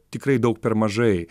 tikrai daug per mažai